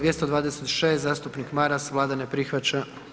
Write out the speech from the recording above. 226. zastupnik Maras, Vlada ne prihvaća.